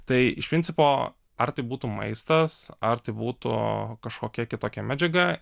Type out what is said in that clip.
tai iš principo ar tai būtų maistas ar tai būtų kažkokia kitokia medžiaga